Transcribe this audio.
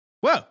Whoa